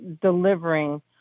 delivering